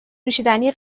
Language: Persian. نوشیدنی